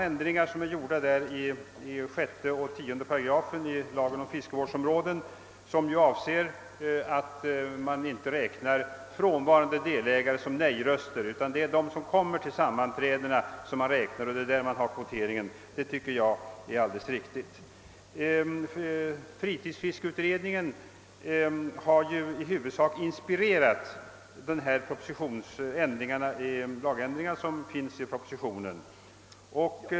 Ändringarna i 6 och 10 88 lagen om fiskevårdsområden innebär att man inte skall räkna frånvarande delägare som nej-röster utan att kvoteringen skall ske med utgångspunkt från antalet närvarande vid sammanträdet. Jag finner detta vara helt riktigt. Fritidsfiskeutredningen har i huvudsak inspirerat de lagändringar som föreslås i propositionen.